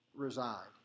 reside